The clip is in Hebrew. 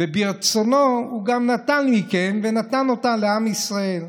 וברצונו הוא גם נטל מכם ונתן אותה לעם ישראל.